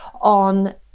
on